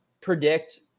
predict